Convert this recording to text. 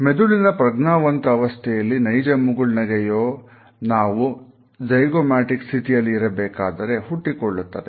ಮೆದುಳಿನ ಪ್ರಜ್ಞಾವಂತ ಅವಸ್ಥೆಯಲ್ಲಿ ನೈಜ ಮುಗುಳ್ನಗೆಯೋ ನಾವು ಜಯ್ಗೋಮಾಟಿಕ್ ಸ್ಥಿತಿಯಲ್ಲಿ ಇರಬೇಕಾದರೆ ಹುಟ್ಟಿಕೊಳ್ಳುತ್ತದೆ